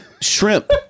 shrimp